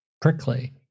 prickly